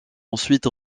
ensuite